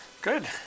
Good